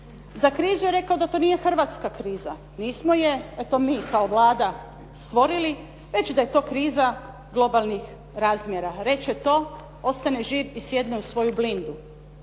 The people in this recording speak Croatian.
za krizu je rekao da to nije hrvatska kriza, nismo je mi kao Vlada stvorili već da je to kriza globalnih razmjera. Reče to, ostane živ i sjedne u svoju blindu.